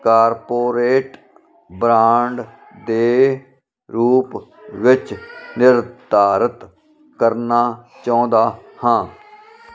corporate brand ਦੇ ਰੂਪ ਵਿੱਚ ਨਿਰਧਾਰਤ ਕਰਨਾ ਚਾਹੁੰਦਾ ਹਾਂ